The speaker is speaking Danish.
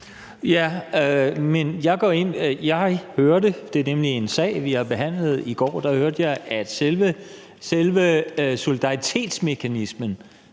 går hørte jeg, at selve solidaritetsmekanismen